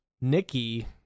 Nikki